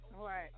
Right